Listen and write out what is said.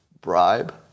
bribe